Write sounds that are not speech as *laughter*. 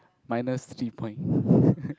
minus three point *laughs*